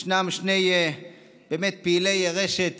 שני פעילי רשת